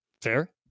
Fair